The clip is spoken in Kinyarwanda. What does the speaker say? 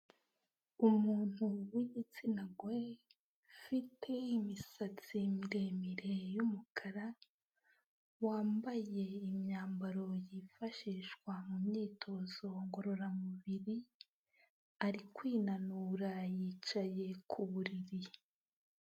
Umuntu w'igitsina gore, ufite imisatsi miremire y'umukara, wambaye imyambaro yifashishwa mu myitozo ngororamubiri, ari kwinanura, yicaye ku buriri.